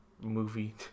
movie